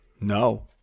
no